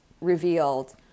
revealed